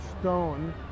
stone